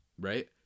right